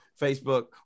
Facebook